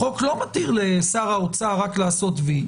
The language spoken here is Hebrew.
החוק לא מתיר לשר האוצר רק לעשות וי.